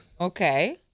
Okay